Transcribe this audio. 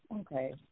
Okay